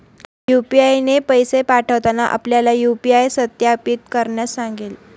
UPI ने पैसे पाठवताना आपल्याला यू.पी.आय सत्यापित करण्यास सांगेल